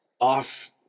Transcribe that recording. off